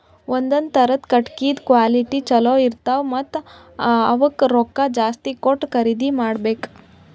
ಒಂದೊಂದ್ ಥರದ್ ಕಟ್ಟಗಿದ್ ಕ್ವಾಲಿಟಿ ಚಲೋ ಇರ್ತವ್ ಮತ್ತ್ ಅವಕ್ಕ್ ರೊಕ್ಕಾ ಜಾಸ್ತಿ ಕೊಟ್ಟ್ ಖರೀದಿ ಮಾಡಬೆಕ್